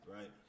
right